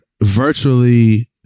virtually